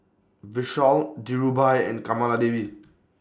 Vishal Dhirubhai and Kamaladevi